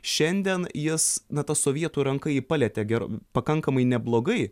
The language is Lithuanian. šiandien jis na sovietų ranka jį palietė ger pakankamai neblogai